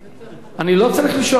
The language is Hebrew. אני לא צריך לשאול אותך, גברתי.